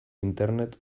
internet